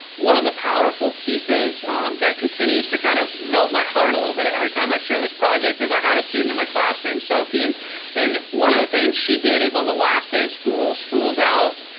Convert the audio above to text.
one of the powerful pieces that continues to kind of melt my heart a little bit every time i share this project is i had a student in my class named sophie. and and one of the things she did was on the last day of school, school's out.